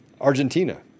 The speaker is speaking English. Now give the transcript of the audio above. Argentina